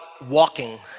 walking